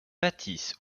bâtisse